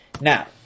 Now